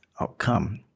outcome